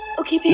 okay, baby?